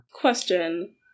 question